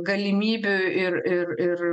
galimybių ir ir ir